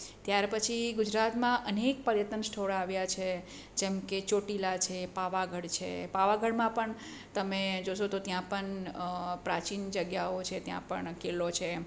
ત્યાર પછી ગુજરાતમાં અનેક પર્યટન સ્થળો આવ્યા છે જેમ કે ચોટીલા છે પાવાગઢ છે પાવાગઢમાં પણ તમે જોસો તો ત્યાં પન પ્રાચીન જગ્યાઓ છે ત્યાં પણ કિલ્લો છે એમ